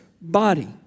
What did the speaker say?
body